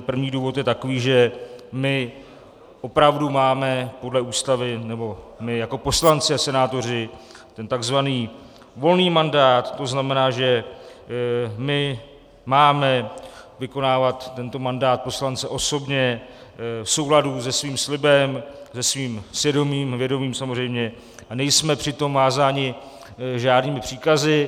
První důvod je takový, že my opravdu máme podle Ústavy, my jako poslanci a senátoři, tzv. volný mandát, to znamená, máme vykonávat tento mandát poslance osobně, v souladu se svým slibem, se svým svědomím a vědomím samozřejmě a nejsme při tom vázáni žádnými příkazy.